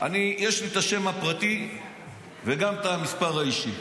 יש לי את השם הפרטי וגם את המספר האישי,